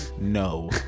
No